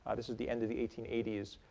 ah this is the end of the eighteen eighty s.